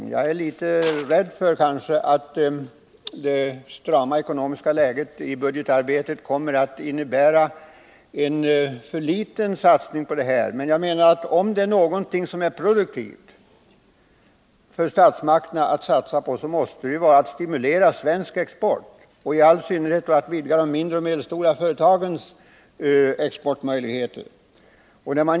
Men jag oroar mig för att det kärva ekonomiska läget kommer att innebära att det i budgetarbetet görs en för liten satsning på detta. Jag vill därför framhålla att om några satsningar som statsmakterna gör skall betecknas som produktiva, så måste det vara satsningar på att stimulera svensk export, och då särskilt de mindre och medelstora företagens exportmöjligheter.